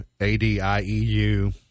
A-D-I-E-U